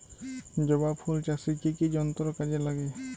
জবা ফুল চাষে কি কি যন্ত্র কাজে লাগে?